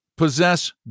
Possess